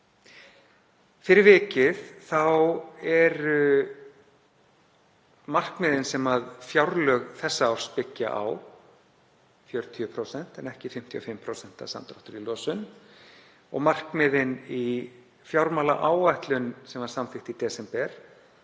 Fyrir vikið eru markmiðin sem fjárlög þessa árs byggja á 40% en ekki 55% samdráttur í losun og markmiðin í fjármálaáætlun sem var samþykkt í desember